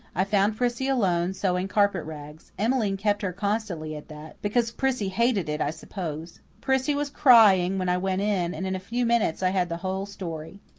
i found prissy alone, sewing carpet rags. emmeline kept her constantly at that because prissy hated it i suppose. prissy was crying when i went in, and in a few minutes i had the whole story.